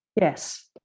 Yes